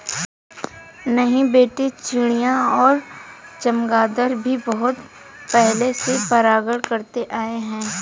नहीं बेटे चिड़िया और चमगादर भी बहुत पहले से परागण करते आए हैं